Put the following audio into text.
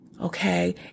Okay